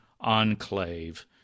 enclave